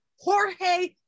Jorge